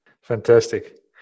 Fantastic